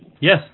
Yes